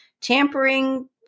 tampering